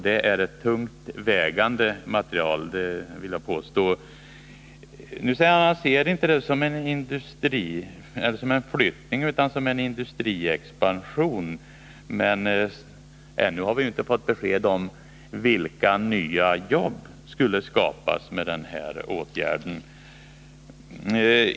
Det är ett tungt vägande material — det vill jag påstå. ; Nils Åsling ser inte den här åtgärden främst som en flyttning utan som en industriexpansion. Men ännu har vi inte fått besked om vilka nya jobb som skulle skapas genom denna åtgärd.